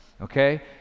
okay